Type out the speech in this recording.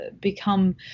become